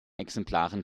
exemplaren